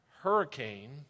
hurricane